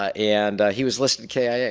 and he was listed kia.